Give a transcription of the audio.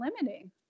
limiting